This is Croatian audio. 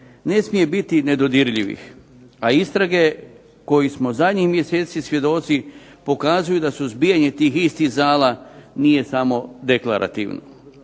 ne smije biti nedodirljivih. A istrage kojih smo zadnjih mjeseci svjedoci pokazuju da suzbijanje tih istih zala nije samo deklarativno.